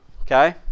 Okay